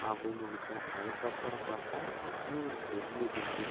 அப்படின்னு நினச்சேன் அதுக்கப்புறம் பார்த்தா இன் இன்னொரு பெரிய குண்டு